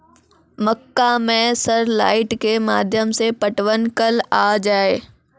मक्का मैं सर लाइट के माध्यम से पटवन कल आ जाए?